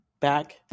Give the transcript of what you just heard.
back